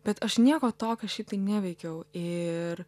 bet aš nieko tokio šiaip tai neveikiau ir